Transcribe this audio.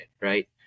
right